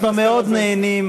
אנחנו מאוד נהנים,